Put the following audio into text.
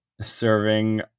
serving